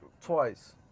Twice